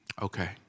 okay